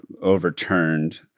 overturned